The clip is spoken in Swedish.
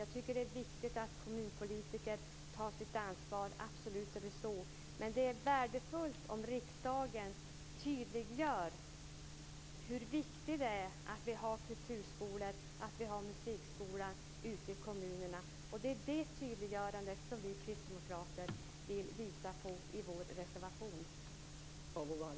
Jag tycker att det är viktigt att kommunpolitiker tar sitt ansvar. Så är det absolut. Men det är värdefullt om riksdagen tydliggör hur viktigt det är att vi har kulturskolor och musikskolan ute i kommunerna. Det är det tydliggörandet som vi kristdemokrater vill visa på i vår reservation.